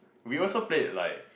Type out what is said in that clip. we also played like